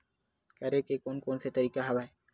करे के कोन कोन से तरीका हवय?